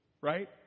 right